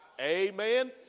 Amen